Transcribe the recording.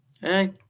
Hey